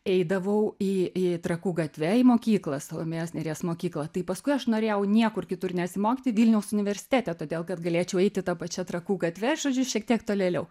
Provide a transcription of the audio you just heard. eidavau į į trakų gatve į mokyklą salomėjos nėries mokyklą tai paskui aš norėjau niekur kitur nesimokyti vilniaus universitete todėl kad galėčiau eiti ta pačia trakų gatve žodžiu šiek tiek tolėliau